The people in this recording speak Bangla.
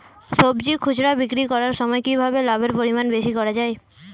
সবজি খুচরা বিক্রি করার সময় কিভাবে লাভের পরিমাণ বেশি করা যায়?